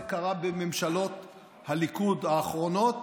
זה קרה בממשלות הליכוד האחרונות,